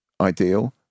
ideal